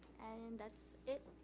and that's it.